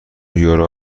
یورو